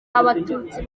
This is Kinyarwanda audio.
abatutsi